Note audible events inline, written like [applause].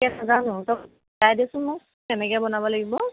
[unintelligible] নেজানো তই শিকাই দেচোন মোক কেনেকৈ বনাব লাগিব